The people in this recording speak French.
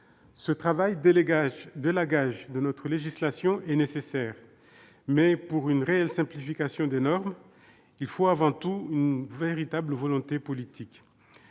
Ce travail d'élagage de notre législation est nécessaire, mais, pour une réelle simplification des normes, il faut avant tout une véritable volonté politique.